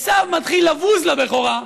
עשיו מתחיל לבוז לבכורה.